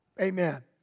Amen